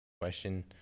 Question